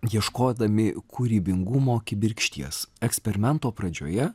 ieškodami kūrybingumo kibirkšties eksperimento pradžioje